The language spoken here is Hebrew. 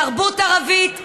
תרבות ערבית,